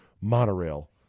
Monorail